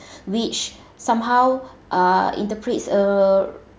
which somehow uh interpret uh a different uh